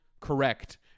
correct